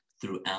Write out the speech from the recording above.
throughout